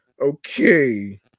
Okay